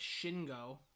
Shingo